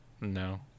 No